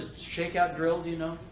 shakeout drill, do you know?